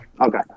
Okay